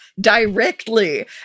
directly